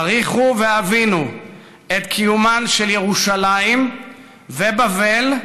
העריכו והבינו את קיומן של ירושלים ובבל,